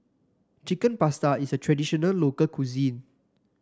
Chicken Pasta is a traditional local cuisine